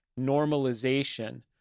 normalization